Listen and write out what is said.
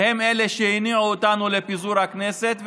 הן שהניעו אותנו לפיזור הכנסת,